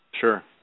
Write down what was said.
Sure